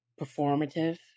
performative